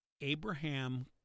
Abraham